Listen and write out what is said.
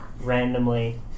randomly